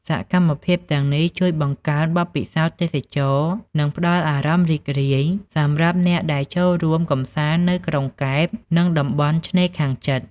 សកម្មភាពទាំងនេះជួយបង្កើនបទពិសោធន៍ទេសចរណ៍ និងផ្តល់អារម្មណ៍រីករាយសម្រាប់អ្នកដែលចូលរួមកម្សាន្តនៅក្រុងកែប និងតំបន់ឆ្នេរខាងជិត។